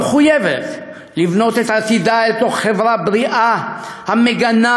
המחויבת לבנות את עתידה אל תוך חברה בריאה המגנה